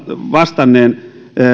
vastanneen